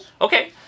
Okay